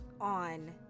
on